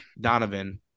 Donovan